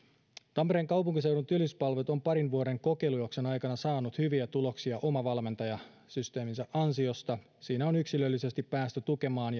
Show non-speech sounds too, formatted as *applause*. tampereen kaupunkiseudun työllisyyspalvelut on parin vuoden kokeilujakson aikana saanut hyviä tuloksia omavalmentajasysteeminsä ansiosta siinä on yksilöllisesti päästy tukemaan *unintelligible*